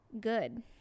good